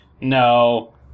No